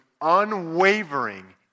unwavering